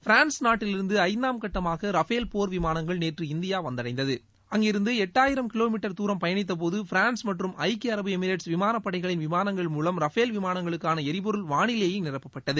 France நாட்டிலிருந்துஐந்தாம் கட்டமாகரஃபேல் போர் விமானங்கள் நேற்று இந்தியாவந்தடைந்தது அங்கிருந்துளட்டாயிரம் கிலோமீட்டர் தூரம் பயணத்தின்போதுபிரான்ஸ் மற்றும் ஐக்கிய அரபு எமிரேட் விமானப்படைகளின் விமானங்கள் மூலம் ரஃபேல் விமானங்களுக்கானஎரிபொருள் வாளிலேயேநிரப்பட்டது